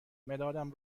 مدادم